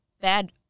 bad